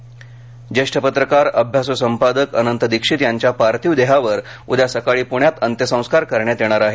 अंत्यसंस्कार ज्येष्ठ पत्रकार अभ्यास् संपादक अनंत दीक्षित यांच्या पार्थिव देहावर उद्या सकाळी पूण्यात अंत्यसंस्कार करण्यात येणार आहेत